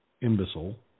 imbecile